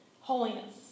holiness